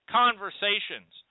conversations